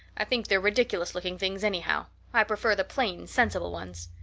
i think they are ridiculous-looking things anyhow. i prefer the plain, sensible ones.